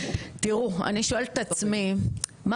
תראו, אני שואלת את עצמי מה